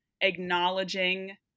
acknowledging